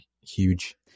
huge